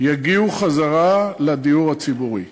יגיעו חזרה לדיור הציבורי.